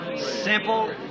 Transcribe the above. simple